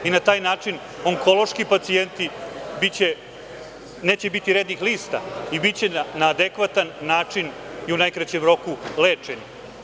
Na taj način onkološki pacijenti biće, tj. neće biti rednih lista i biće na adekvatan način i u najkraćem roku lečeni.